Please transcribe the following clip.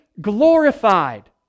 glorified